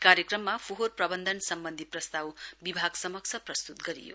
कार्यक्रममा फोहोर प्रवन्धन सम्बन्धी प्रस्ताव विभागसमक्ष प्रस्तुत गरियो